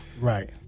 Right